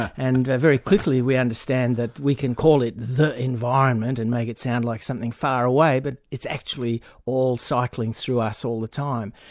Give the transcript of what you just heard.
and and very quickly we understand that we can call it the environment and make it sound like something far away, but it's actually all cycling through us all the time.